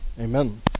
Amen